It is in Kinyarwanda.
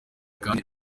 kandi